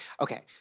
Okay